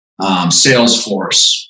Salesforce